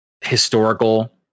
historical